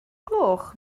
gloch